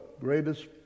greatest